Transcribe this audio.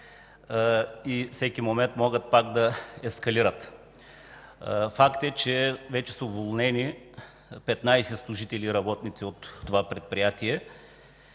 и всеки момент могат пак да ескалират. Факт е, че вече са уволнени 15 служители и работници от това предприятие.